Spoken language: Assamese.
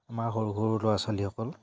আমাৰ সৰু সৰু ল'ৰা ছোৱালীসকল